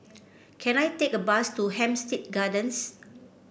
can I take a bus to Hampstead Gardens